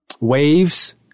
waves